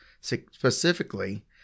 specifically